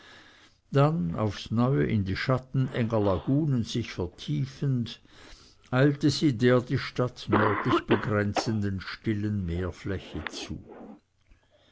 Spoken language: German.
dann aufs neue in die schatten enger lagunen sich vertiefend eilte sie der die stadt nördlich begrenzenden stillen meerfläche zu